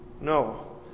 No